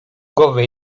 głowy